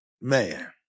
man